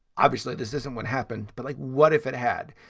obviously, this isn't what happened. but like, what if it had?